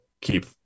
keep